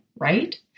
right